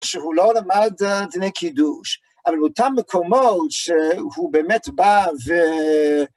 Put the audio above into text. שהוא לא למד דיני קידוש, אבל באותם מקומות שהוא באמת בא ו...